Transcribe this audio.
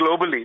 globally